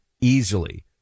easily